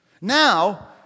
Now